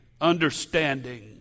understanding